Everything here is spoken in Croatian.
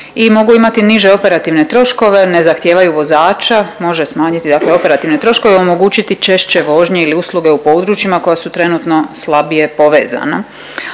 i mogu imati niže operativne troškove, ne zahtijevaju vozača, može smanjiti operativne troškove i omogućiti češće vožnje ili usluge u područjima koja su trenutno slabije povezana.